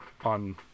on